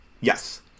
Yes